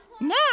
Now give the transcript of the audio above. Now